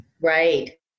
right